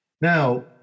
Now